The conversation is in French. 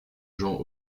gens